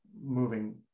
moving